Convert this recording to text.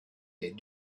les